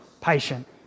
patient